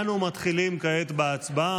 אנו מתחילים כעת בהצבעה.